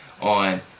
on